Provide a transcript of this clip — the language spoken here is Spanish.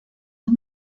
los